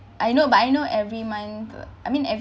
I know but I know every month I mean every